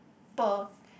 per